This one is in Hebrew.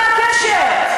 מה הקשר?